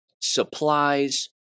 supplies